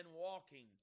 Walking